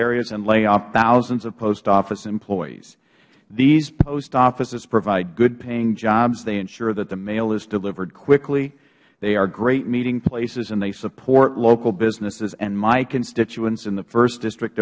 areas and lay off thousands of post office employees these post offices provide good paying jobs they ensure that the mail is delivered quickly they are great meeting places and they support local businesses my constituents in the first district